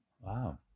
Wow